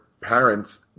parents